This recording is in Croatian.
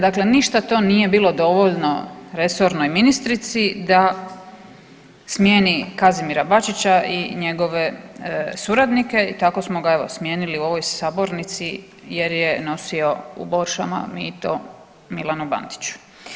Dakle, ništa to nije bilo dovoljno resornoj ministrici da smijeni Kazimira Bačića i njegove suradnike i tako smo ga smijenili u ovoj sabornici jer je nosio u boršama mito Milanu Bandiću.